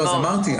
אמרתי.